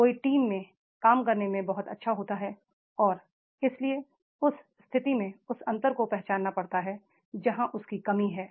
कोई टीम में काम करने में बहुत अच्छा होता है और इसलिए उस स्थिति में उस अंतर को पहचानना पड़ता है जहां उसकी कमी है